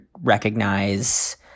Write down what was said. recognize